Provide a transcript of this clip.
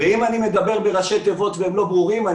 אם אני מדבר בראשי תיבות והם לא ברורים,